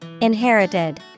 Inherited